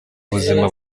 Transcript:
buzima